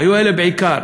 היו אלה בעיקר: